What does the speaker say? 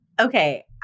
Okay